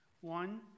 one